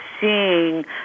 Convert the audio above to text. seeing